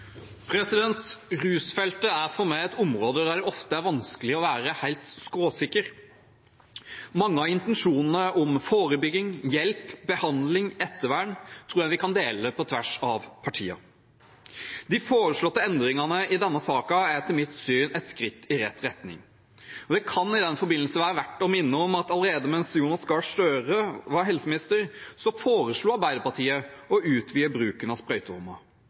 for meg et område der det ofte er vanskelig å være helt skråsikker. Mange av intensjonene om forebygging, hjelp, behandling og ettervern tror jeg vi kan dele på tvers av partier. De foreslåtte endringene i denne saken er etter mitt syn et skritt i rett retning. Det kan i den forbindelse være verdt å minne om at allerede mens Jonas Gahr Støre var helseminister, foreslo Arbeiderpartiet å utvide bruken av